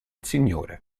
signore